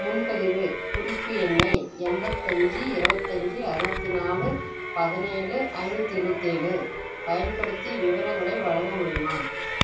முன்பதிவு குறிப்பு எண்ணை எண்பத்தஞ்சு இருவத்தஞ்சு அறுபத்தி நாலு பதினேழு ஐநூற்றி எழுவத்தேலு பயன்படுத்தி விவரங்களை வழங்க முடியுமா